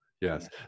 Yes